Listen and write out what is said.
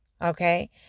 Okay